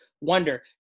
wonder